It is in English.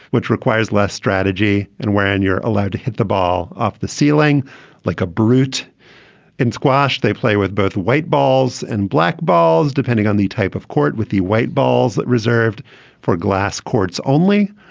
which requires less strategy. and when you're allowed to hit the ball off the ceiling like a brute in squash, they play with both white balls and black balls, depending on the type of court with the white balls that reserved for glass courts only.